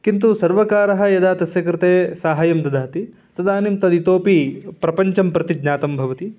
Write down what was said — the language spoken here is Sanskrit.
किन्तु सर्वकारः यदा तस्य कृते सहायं ददाति तदानीं तद् इतोऽपि प्रपञ्चं प्रति ज्ञातं भवति